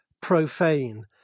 profane